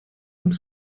und